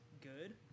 good